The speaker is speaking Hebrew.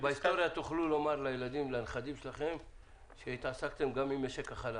בהיסטוריה תוכלו להגיד לילדים ולנכדים שלכם שהתעסקתם גם עם משק החלב,